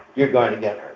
you're going to get hurt.